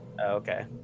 okay